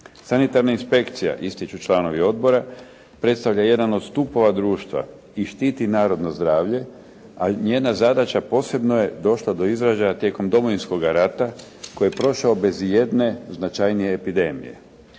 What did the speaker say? Sanitarna inspekcija ističu članovi odbora predstavlja jedan od stupova društva i štiti narodno zdravlje, a njena zadaća posebno je došla do izražaja tijekom Domovinskoga rata koji je prošao bez ijedne značajnije epidemije.